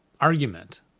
argument